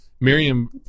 miriam